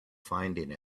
finding